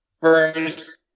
First